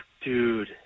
Dude